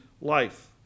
life